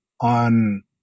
on